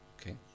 Okay